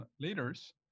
leaders